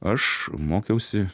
aš mokiausi